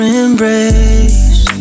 embrace